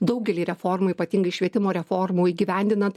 daugelį reformų ypatingai švietimo reformų įgyvendinant